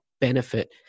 benefit